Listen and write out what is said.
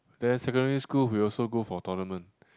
then secondary school we also go for tournament